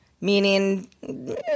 meaning